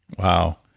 wow.